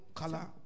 color